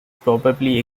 probably